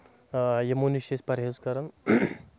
آ یِم یِمو نِش چھِ أسۍ پرہیز کَرَان